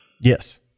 yes